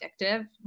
addictive